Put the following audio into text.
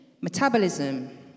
metabolism